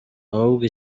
ahubwo